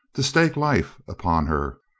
to stake life upon her,